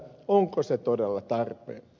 onko se todella tarpeen